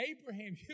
Abraham